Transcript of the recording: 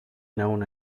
known